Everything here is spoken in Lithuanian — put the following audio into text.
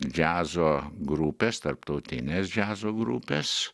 džiazo grupės tarptautinės džiazo grupės